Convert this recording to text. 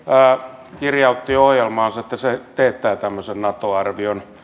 hallitus kirjautti ohjelmaansa että se teettää tämmöisen nato arvion